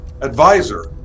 Advisor